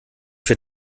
vier